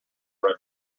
red